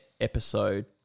episode